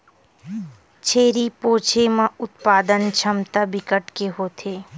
छेरी पोछे म उत्पादन छमता बिकट के होथे